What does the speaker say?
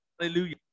Hallelujah